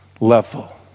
level